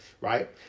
right